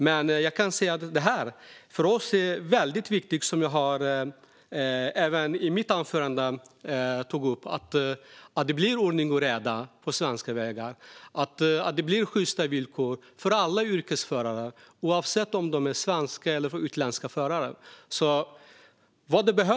Men jag kan säga att för oss är det väldigt viktigt, vilket jag även tog upp i mitt anförande, att det blir ordning och reda på svenska vägar och sjysta villkor för alla yrkesförare, oavsett om de är svenska eller utländska.